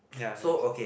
ya that makes sense